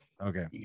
Okay